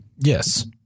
Yes